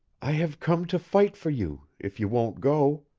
i have come to fight for you if you won't go,